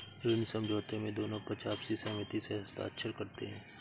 ऋण समझौते में दोनों पक्ष आपसी सहमति से हस्ताक्षर करते हैं